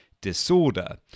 disorder